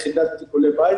יחידת טיפולי בית,